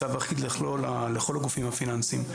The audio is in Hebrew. צו אחיד לכל הגופים הפיננסיים.